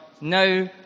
No